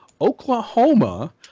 Oklahoma